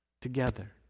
together